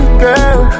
girl